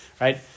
right